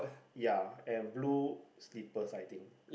ya and blue slippers I think